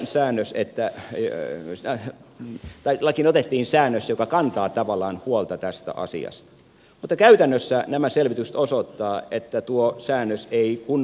säännös yrittää hioi myös vähän mutta lakiin otettiin säännös joka kantaa tavallaan huolta tästä asiasta mutta käytännössä nämä selvitykset osoittavat että tuo säännös ei kunnolla toimi